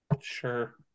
Sure